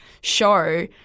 show